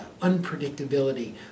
unpredictability